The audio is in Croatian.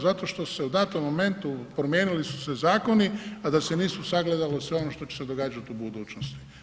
Zato što su se u datom momentu promijenili su se zakoni, a da se nisu sagledalo sve ono što će se događati u budućnosti.